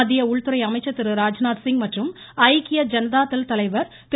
மத்திய உள்துறை அமைச்சர் திருராஜ்நாத்சிங் மற்றும் ஐக்கிய ஜனதாதள் தலைவர் திரு